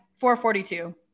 442